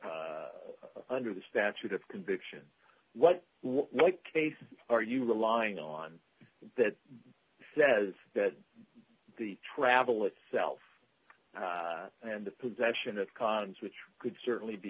the under the statute of conviction what what cases are you relying on that says that the travel itself and the possession of cons which could certainly be